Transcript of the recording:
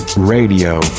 radio